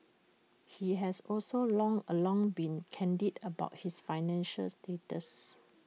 he has also long all along been candid about his financial status